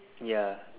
ya